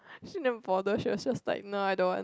she never bother she just like nah I don't want